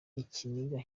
ikiniga